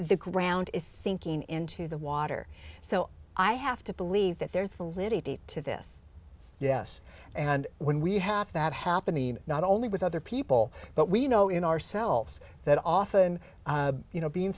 the ground is sinking into the water so i have to believe that there's validity to this yes and when we have that happening not only with other people but we know in ourselves that often you know being